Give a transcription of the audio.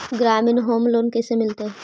ग्रामीण home loan कैसे मिलतै?